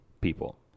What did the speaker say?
people